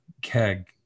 keg